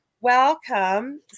welcome